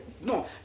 No